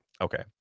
okay